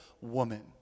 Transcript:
woman